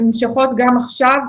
הן נמשכות גם עכשיו,